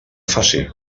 faci